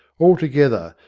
altogether,